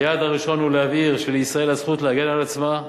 היעד הראשון הוא להבהיר שלישראל הזכות להגן על עצמה,